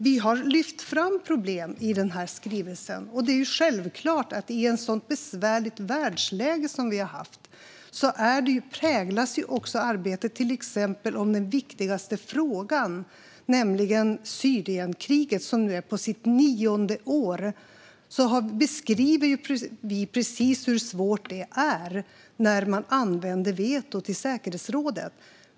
Vi har lyft fram problem i denna skrivelse, och det är självklart att i ett sådant besvärligt världsläge som vi har präglas arbetet av den viktigaste frågan, nämligen Syrienkriget, som nu är på sitt nionde år. Vi beskriver precis hur svårt det är när man använder vetot i säkerhetsrådet.